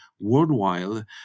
worldwide